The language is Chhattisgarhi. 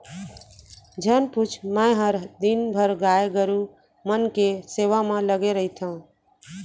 झन पूछ मैंहर दिन भर गाय गरू मन के सेवा म लगे रइथँव